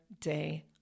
Day